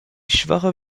schwache